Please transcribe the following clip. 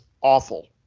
awful